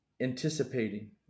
anticipating